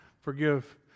forgive